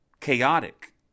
chaotic